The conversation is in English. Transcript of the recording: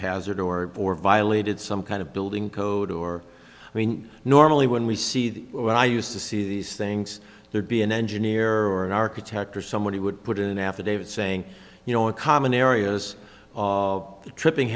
hazard or or violated some kind of building code or i mean normally when we see the one i used to see these things there'd be an engineer or an architect or someone who would put in an affidavit saying you know a common areas of the tripping